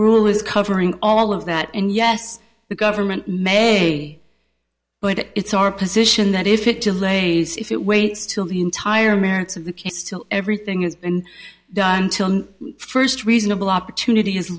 rule is covering all of that and yes the government may but it's our position that if it delays if it waits till the entire merits of the case till everything has been done till the first reasonable opportunity is